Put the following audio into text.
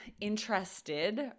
interested